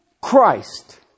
Christ